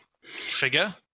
figure